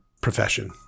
profession